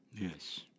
Yes